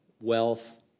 wealth